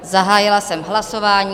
Zahájila jsem hlasování.